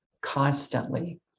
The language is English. constantly